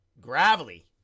Gravelly